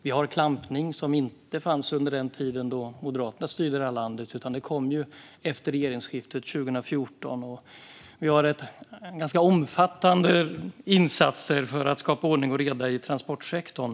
Vi har klampning, som inte fanns när Moderaterna styrde landet utan kom efter regeringsskiftet 2014. Vi har gjort ganska omfattande insatser för att skapa ordning och reda i transportsektorn.